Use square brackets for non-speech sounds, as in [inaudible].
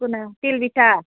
[unintelligible] তিল পিঠা